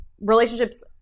relationships